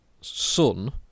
son